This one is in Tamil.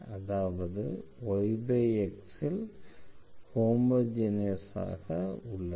அதாவதுYX ல் ஹோமோஜெனஸ் ஆக உள்ளது